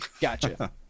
Gotcha